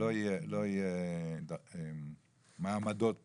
לא יהיה מעמדות פה.